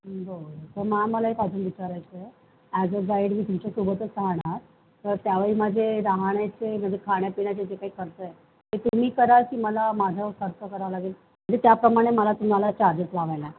बरं तर मॅम मला एक अजून विचारायचं आहे ॲज अ ग्राईड मी तुमच्यासोबतच राहणार तर त्यावेळी माझे राहण्याचे म्हणजे खाण्यापिण्याचे जे काही खर्च आहे ते तुम्ही कराल की मला माझं खर्च करावं लागेल म्हणजे त्याप्रमाणे मला तुम्हाला चार्जेस लावायला